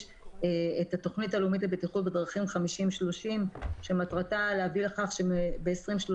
את התכנית הלאומית לבטיחות בדרכים 50-30 שמטרתה להביא לכך שב-2030